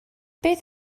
beth